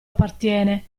appartiene